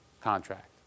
contract